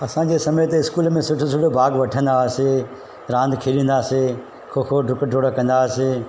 असांजे समय ते इस्कूल में सुठो सुठो भाॻु वठंदा हुआसे रांदि खेलिंदासे खो खो डुक डोड़ कंदासे